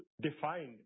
defined